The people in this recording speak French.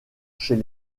chez